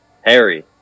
Harry